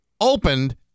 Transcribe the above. opened